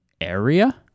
area